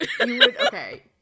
Okay